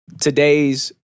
today's